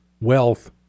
wealth